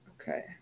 Okay